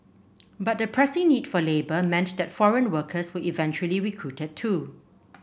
but the pressing need for labour meant that foreign workers were eventually recruited too